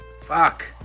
Fuck